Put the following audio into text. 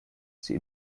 sie